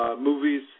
movies